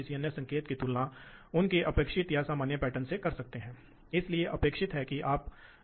तो आप एक हाइड्रोलिक मोटर या एक कदम मोटर हो सकता है और इसलिए मशीन एक खुला लूप संचालित है